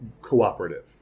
cooperative